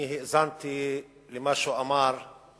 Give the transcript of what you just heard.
אני האזנתי בקשר רב למה שהוא אמר וניסיתי